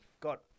got